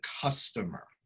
customer